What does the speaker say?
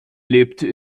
lebte